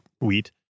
Wheat